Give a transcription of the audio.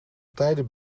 tijden